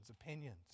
opinions